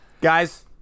guys